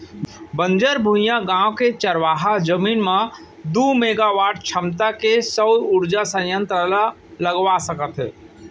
बंजर भुइंयाय गाँव के चारागाह जमीन म दू मेगावाट छमता के सउर उरजा संयत्र ल लगवा सकत हे